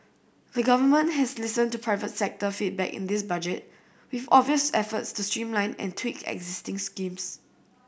the Government has listened to private sector feedback in this Budget with obvious efforts to streamline and tweak existing schemes